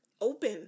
open